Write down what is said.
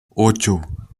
ocho